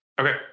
Okay